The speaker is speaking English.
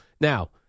Now